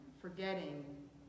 forgetting